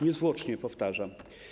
Niezwłocznie, powtarzam.